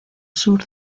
sur